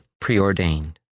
preordained